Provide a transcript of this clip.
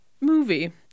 movie